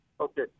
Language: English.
Okay